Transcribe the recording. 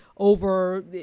over